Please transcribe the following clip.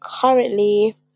currently